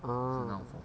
oh